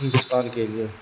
ہندوستان کے لیے